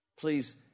Please